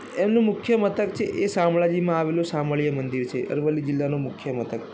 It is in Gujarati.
એનું મુખ્ય મથક છે એ શામળાજીમાં આવેલું શામળીયા મંદિર છે અરવલ્લી જિલ્લાનું મુખ્ય મથક